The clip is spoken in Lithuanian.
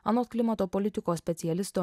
anot klimato politikos specialisto